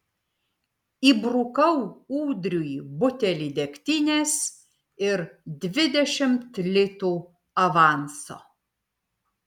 įbrukau ūdriui butelį degtinės ir dvidešimt litų avanso